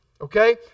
Okay